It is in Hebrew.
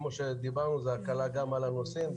כמו שדיברנו זו הקלה גם על הנוסעים,